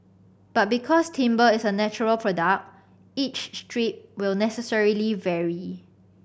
but because timber is a natural product each strip will necessarily vary